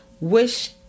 wish